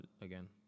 again